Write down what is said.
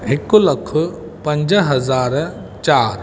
हिकु लख पंज हज़ार चारि